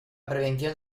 prevención